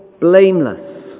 blameless